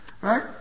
right